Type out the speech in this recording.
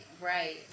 right